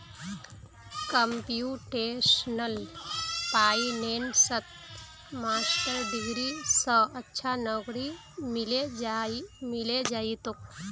computational फाइनेंसत master degree स अच्छा नौकरी मिले जइ तोक